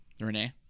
Renee